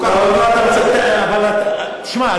תשמע,